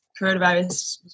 Coronavirus